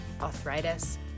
arthritis